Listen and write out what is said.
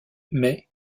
mais